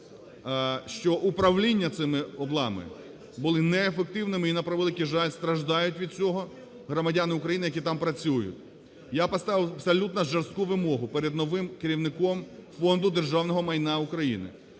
що управління цими "облами" були неефективними. І на превеликий жаль, страждають від цього громадяни України, які там працюють. Я поставив абсолютно жорстку вимогу перед новим керівником Фонду державного майна України